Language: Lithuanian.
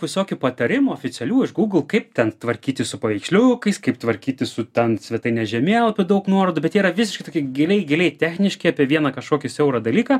visokių patarimų oficialių iš google kaip ten tvarkytis su paveiksliukais kaip tvarkytis su ten svetaine žemėlapių daug nuorodų bet jie yra visiškai tokie giliai giliai techniški apie vieną kažkokį siaurą dalyką